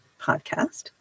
podcast